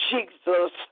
Jesus